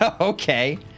Okay